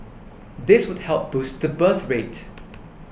this would help boost the birth rate